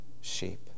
sheep